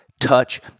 touch